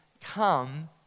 come